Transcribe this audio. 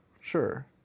sure